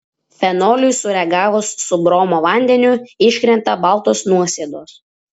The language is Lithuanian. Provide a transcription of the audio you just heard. fenoliui sureagavus su bromo vandeniu iškrenta baltos nuosėdos